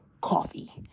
Coffee